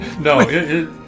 No